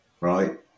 right